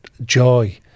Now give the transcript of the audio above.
joy